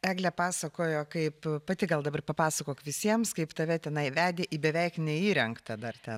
eglė pasakojo kaip pati gal dabar papasakok visiems kaip tave tenai vedė į beveik neįrengtą dar ten